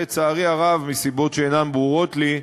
לצערי הרב, מסיבות שאינן ברורות לי,